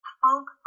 folk